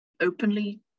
openly